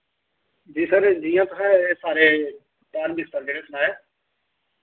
जी sir जि'यां तुसें सारे धार्मिक स्थल जेह्ड़े सनाया